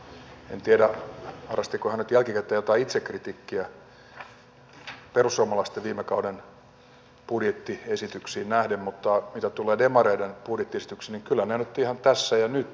en tiedä harrastiko hän nyt jälkikäteen jotain itsekritiikkiä perussuomalaisten viime kauden budjettiesityksiin nähden mutta mitä tulee demareiden budjettiesityksiin niin kyllä ne nyt ovat ihan tässä ja nyt